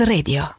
Radio